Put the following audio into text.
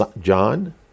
John